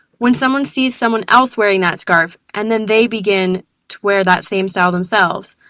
when someone sees someone else wearing that scarf and then they begin to wear that same style themselves,